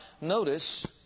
Notice